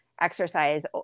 exercise